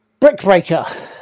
Brickbreaker